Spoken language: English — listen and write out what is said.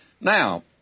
Now